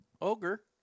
ogre